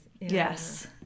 Yes